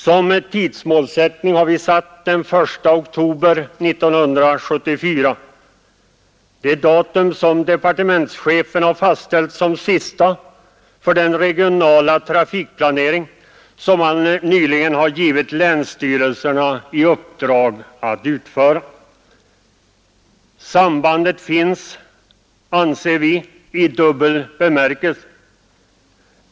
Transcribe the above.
Som tidsmålsättning har vi satt den 1 oktober 1974 — det datum som departementschefen fastställt som sista för den regionala trafikplanering som han nyligen givit länsstyrelserna i uppdrag att utföra. Sambandet finns, anser vi, i dubbel bemärkelse.